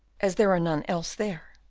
as there are none else there.